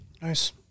Nice